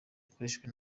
ukoreshejwe